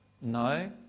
No